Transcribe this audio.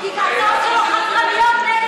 כי ההצהרות שלו חתרניות נגד